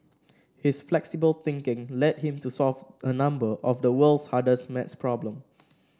his flexible thinking led him to solve a number of the world's hardest maths problem